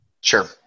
Sure